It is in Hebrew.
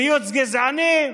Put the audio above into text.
ציוץ גזעני?